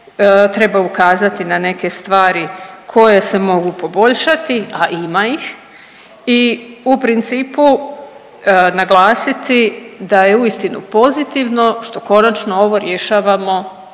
treba ukazati na neke stvari koje se mogu poboljšati, a ima ih i u principu naglasiti da je uistinu pozitivno što konačno ovo rješavamo